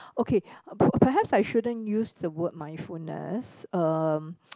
okay per~ perhaps I shouldn't use the word mindfulness um